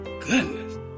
goodness